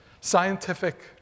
scientific